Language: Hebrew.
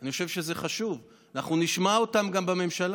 אנחנו נעבור לחקיקה.